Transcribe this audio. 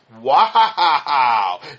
Wow